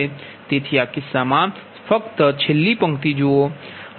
તેથી આ કિસ્સામાં આ છેલ્લી પંક્તિ ફક્ત જુઓ